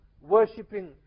Worshipping